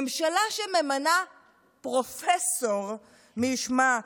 ממשלה שממנה מי ישמע,